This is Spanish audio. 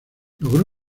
logró